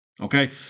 Okay